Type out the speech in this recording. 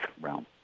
realm